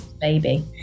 baby